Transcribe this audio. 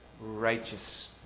righteous